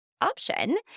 option